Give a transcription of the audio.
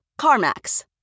CarMax